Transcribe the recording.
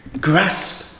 grasp